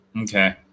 Okay